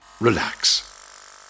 relax